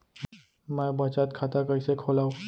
मै बचत खाता कईसे खोलव?